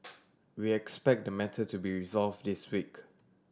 we expect the matter to be resolve this week